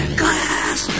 glass